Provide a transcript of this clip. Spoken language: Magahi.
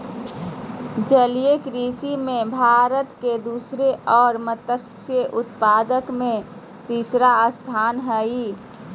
जलीय कृषि में भारत के दूसरा और मत्स्य उत्पादन में तीसरा स्थान हइ